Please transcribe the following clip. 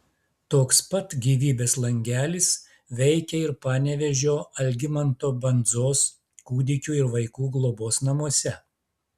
toks pat gyvybės langelis veikia ir panevėžio algimanto bandzos kūdikių ir vaikų globos namuose